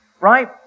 Right